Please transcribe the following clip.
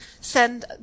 send